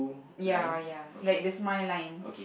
ya ya like the smile lines